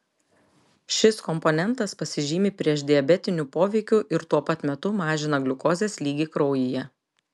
šis komponentas pasižymi priešdiabetiniu poveikiu ir tuo pat metu mažina gliukozės lygį kraujyje